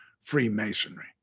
Freemasonry